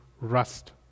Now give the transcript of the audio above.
rust